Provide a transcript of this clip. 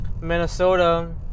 Minnesota